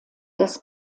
das